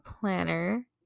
planner